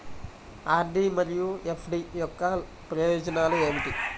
RD మరియు FD యొక్క ప్రయోజనాలు ఏమిటి?